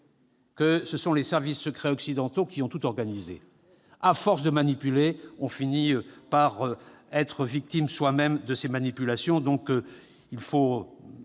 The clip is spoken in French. que ce sont les services secrets occidentaux qui ont tout organisé. À force de manipuler, on finit par être victime soi-même de ces manipulations. Il faut